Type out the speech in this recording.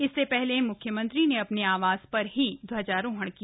इससे पहले म्ख्यमंत्री ने अपने आवास पर भी ध्वजारोहण किया